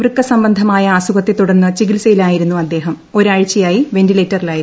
വൃക്കസംബന്ധമായ അസുഖത്തെത്തുടർന് ചികിത്സയിലായിരുന്നു അദ്ദേഹം ഒരാഴ്ചയായി വെന്റിലേറ്ററിലായിരുന്നു